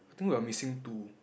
I think we're missing two